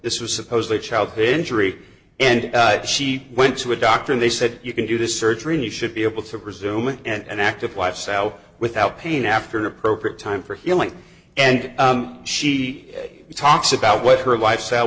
this was supposedly a childhood injury and she went to a doctor and they said you can do this surgery should be able to resume and active lifestyle without pain after an appropriate time for healing and she talks about what her lifestyle